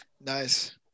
Nice